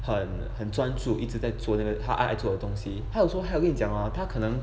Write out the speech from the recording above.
很很专注一直在做这个他爱做的东西他有说他在讲啊他可能